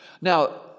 Now